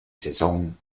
saison